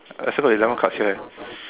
I still got eleven cards here eh